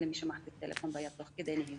למי שמחזיק טלפון ביד תוך כדי נהיגה.